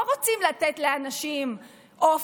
לא רוצים לתת לאנשים אופק,